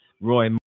Roy